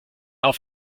auf